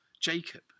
Jacob